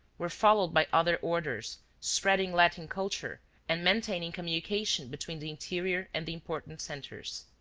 were followed by other orders, spreading latin culture and maintaining communication between the interior and the important centers.